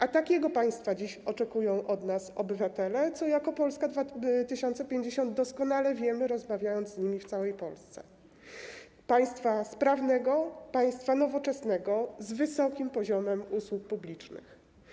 A takiego państwa dziś oczekują od nas obywatele, co jako Polska 2050 doskonale wiemy, rozmawiając z nimi w całej Polsce - państwa sprawnego, państwa nowoczesnego, o wysokim poziomie usług publicznych.